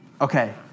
Okay